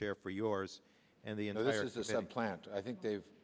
chair for yours and the you know there is this one plant i think dave